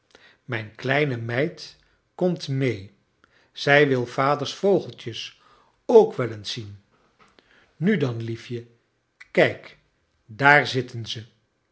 mijn kleine meid korat mee zij wil vaders vogeltjes ook wel eens zien nu dan liefje kijk daax zitten ze